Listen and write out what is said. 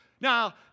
Now